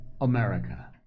America